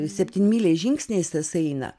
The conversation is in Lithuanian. septynmyliais žingsniais tas eina